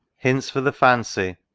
hints for the fancy.